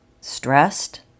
stressed